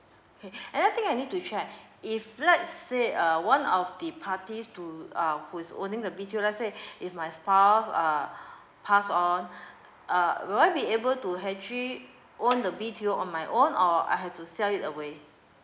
K another thing I need to check if let say uh one of the parties to uh who's owning a B_T_O let say if my spouse uh passed on uh would I able to actually owned the B_T_O on my own or I have to sell it away